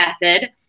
method